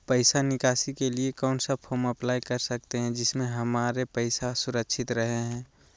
पैसा निकासी के लिए कौन सा फॉर्म अप्लाई कर सकते हैं जिससे हमारे पैसा सुरक्षित रहे हैं?